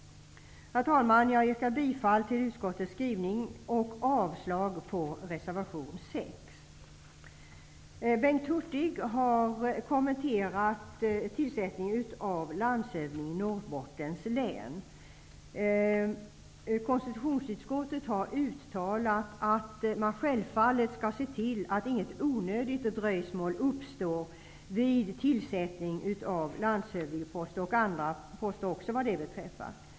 Jag yrkar att utskottets skrivning godkänns och att reservation 6 avslås. Bengt Hurtig har kommenterat tillsättningen av landshövdingeposten i Norrbottens län. Konstitutionsutskottet har uttalat att man självfallet skall tillse att inget onödigt dröjsmål uppstår vid tillsättning av landshövdingeposter liksom också vad gäller andra poster.